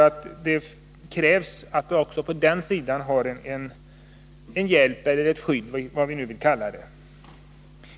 Jag tror att också på den sidan krävs ett skydd av något slag.